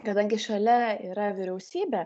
kadangi šalia yra vyriausybė